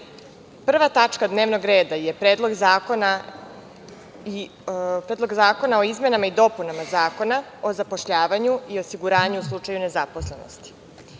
tačka dnevnog reda je Predlog zakona o izmenama i dopunama Zakona o zapošljavanju i osiguranju u slučaju nezaposlenosti.